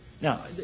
Now